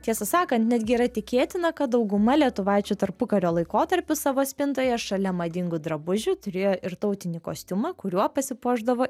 tiesą sakant netgi yra tikėtina kad dauguma lietuvaičių tarpukario laikotarpiu savo spintoje šalia madingų drabužių turėjo ir tautinį kostiumą kuriuo pasipuošdavo